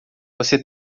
você